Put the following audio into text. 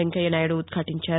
వెంకయ్యనాయుడు ఉద్భాటించారు